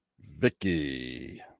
Vicky